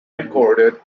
recorded